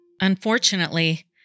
Unfortunately